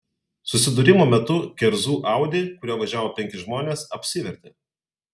susidūrimo metu kerzų audi kuriuo važiavo penki žmonės apsivertė